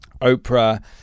Oprah